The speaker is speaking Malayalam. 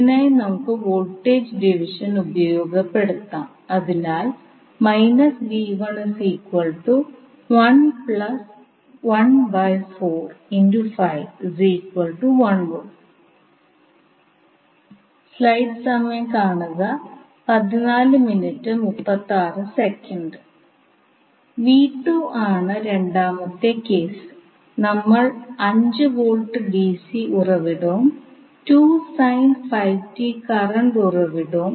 അതിനാൽ നമുക്ക് എഴുതാം അഥവാ അതുപോലെ നിങ്ങൾ നോഡ് 2 ൽ കെസിഎൽ പ്രയോഗിക്കുകയാണെങ്കിൽ നമുക്ക് ഇതുപോലെ ലഭിക്കും നമുക്ക് എന്ന് അറിയാം